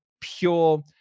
pure